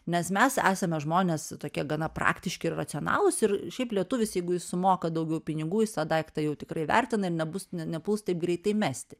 nes mes esame žmonės tokie gana praktiški ir racionalūs ir šiaip lietuvis jeigu jis sumoka daugiau pinigų jis tą daiktą jau tikrai vertina ir nebus ne nepuls taip greitai mesti